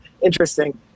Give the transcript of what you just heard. interesting